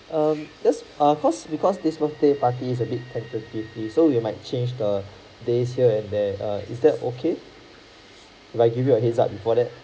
um this our course because because this birthday party is a bit tentatively so we might change the days here and there err is that okay I give you a heads up before that